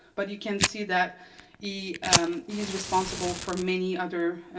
but you can see that he is responsible for many other